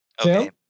okay